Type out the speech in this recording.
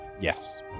Yes